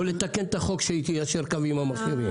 או לתקן את החוק שיישר קו עם המפרים?